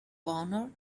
honor